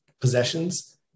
possessions